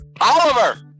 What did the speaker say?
Oliver